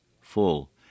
full